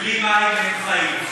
בלי מים אין חיים,